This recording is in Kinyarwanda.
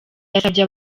yasabye